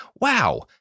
Wow